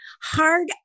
hard